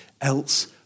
else